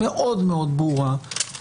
מאוד מאוד ברורה,